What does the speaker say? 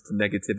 negativity